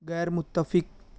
غیر متفق